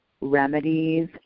remedies